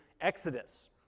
Exodus